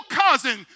cousin